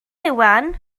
iwan